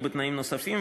או בתנאים נוספים,